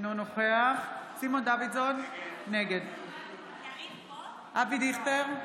אינו נוכח סימון דוידסון, נגד אבי דיכטר,